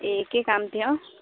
ए के काम थियो